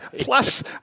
Plus